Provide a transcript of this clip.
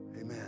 Amen